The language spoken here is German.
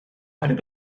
einen